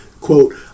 quote